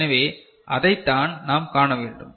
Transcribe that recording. எனவே அதைத்தான் நாம் காண வேண்டும்